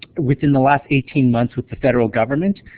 within the last eighteen months with the federal government.